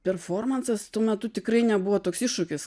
performansas tuo metu tikrai nebuvo toks iššūkis